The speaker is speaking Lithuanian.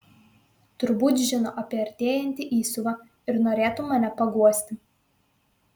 turbūt žino apie artėjantį įsiuvą ir norėtų mane paguosti